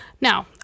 Now